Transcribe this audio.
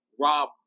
Rob